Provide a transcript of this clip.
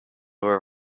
were